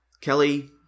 Kelly